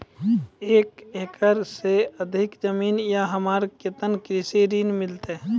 एक एकरऽ से अधिक जमीन या हमरा केतना कृषि ऋण मिलते?